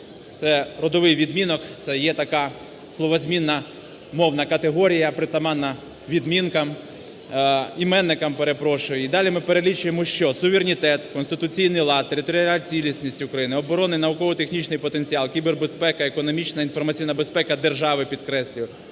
це родовий відмінок, це є така словозмінна мовна категорія, притаманна відмінкам… іменникам, перепрошую. І далі ми перелічуємо що: суверенітет, конституційний лад, територіальна цілісність України, оборонний і науково-технічний потенціал, кібербезпека, економічна, інформаційна безпека держави, підкреслюю,